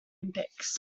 olympics